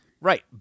Right